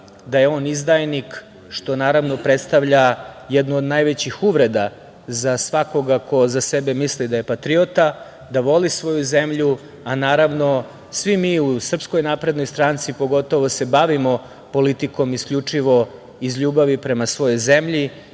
da je on izdajnik, što naravno predstavlja jednu od najvećih uvreda za svakoga ko za sebe misli da je patriota, da voli svoju zemlju, a svi mi u SNS se bavimo politikom isključivo iz ljubavi prema svojoj zemlji,